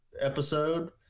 episode